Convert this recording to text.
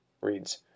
reads